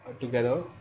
together